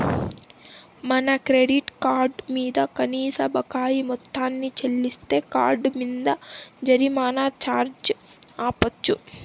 మన credit card మింద కనీస బకాయి మొత్తాన్ని చెల్లిస్తే కార్డ్ మింద జరిమానా ఛార్జీ ఆపచ్చు